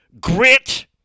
grit